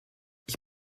ich